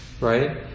right